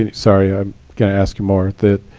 and sorry, i'm going to ask you more.